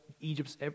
Egypt's